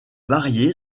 varier